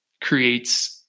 creates